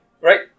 right